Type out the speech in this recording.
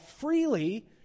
freely